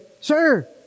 Sir